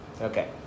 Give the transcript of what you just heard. Okay